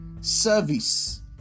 service